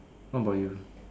what about you